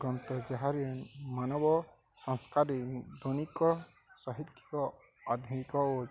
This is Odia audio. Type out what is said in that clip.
ଗନ୍ତ ଯାହାର ମାନବ ସଂସ୍କାରୀ ଦୈନିକ ସାହିତ୍ୟିକ ଆଧୁନିକ ଓ